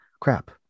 crap